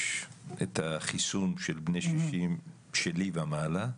יש את החיסון של בני שישים שלי ומעלה,